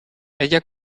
ella